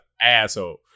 asshole